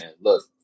look